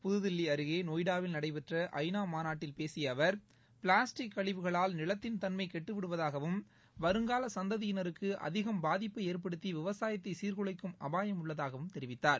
புதுதில்லி அருகே நொய்டாவில் நடைபெற்ற ஐநா மாநாட்டில் பேசிய அவர் பிளாஸ்டிக் கழிவுகளால் நிலத்தின் தன்மை கெட்டுவிடுவதாகவும் வருங்கூல சந்ததினருக்கு அதிகம் பாதிப்பை ஏற்படுத்தி விவசாயத்தை சீர்குலைக்கும் அபாயம் உள்ளதாவும் தெரிவித்தார்